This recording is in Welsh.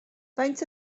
faint